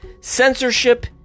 Censorship